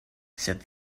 said